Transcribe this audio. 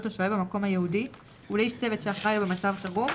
השוהה במקום הייעודי ולאיש צוות שאחראי לו במצב חירום,